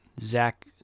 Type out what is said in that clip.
Zach